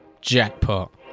jackpot